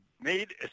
Made